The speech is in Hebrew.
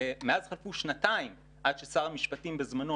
מאז חלפו שנתיים עד ששר המשפטים בזמנו,